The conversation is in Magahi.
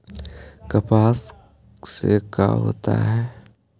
कपास से का होता है?